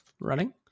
running